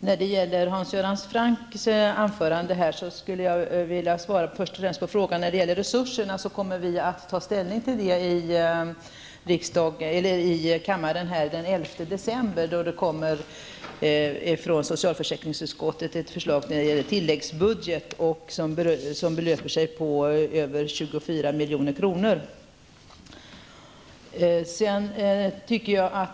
Jag vill först och främst svara på den fråga Hans Göran Franck ställde i sitt anförande. Den 11 december kommer vi här i kammaren att ta ställning till frågan om resurserna. Då kommer nämligen socialförsäkringsutskottets förslag till tilläggsbudget, som belöper sig på över 24 milj.kr., att behandlas.